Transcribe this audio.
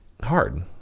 hard